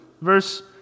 verse